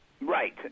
Right